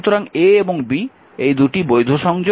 সুতরাং এবং অংশদুটি বৈধ সংযোগ